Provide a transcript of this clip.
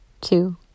two